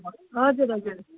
हजुर हजुर